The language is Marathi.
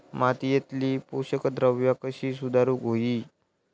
मातीयेतली पोषकद्रव्या कशी सुधारुक होई?